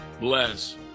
bless